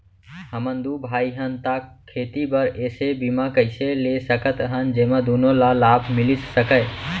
हमन दू भाई हन ता खेती बर ऐसे बीमा कइसे ले सकत हन जेमा दूनो ला लाभ मिलिस सकए?